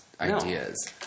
ideas